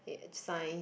it it science